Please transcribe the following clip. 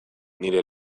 nire